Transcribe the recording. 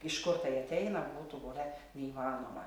iš kur tai ateina būtų buvę neįmanoma